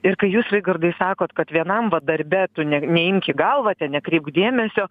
ir kai jūs raigardai sakot kad vienam vat darbe tu ne neimk į galvą ten nekreipk dėmesio